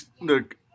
look